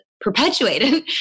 perpetuated